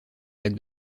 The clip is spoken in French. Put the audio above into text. lac